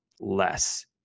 less